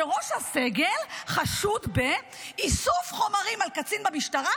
שראש הסגל חשוד באיסוף חומרים על קצין במשטרה